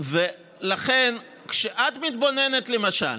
ולכן, כשאת מתבוננת למשל